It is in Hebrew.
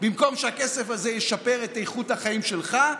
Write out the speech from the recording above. במקום שהכסף הזה ישפר את איכות החיים שלך,